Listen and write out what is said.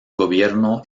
gobierno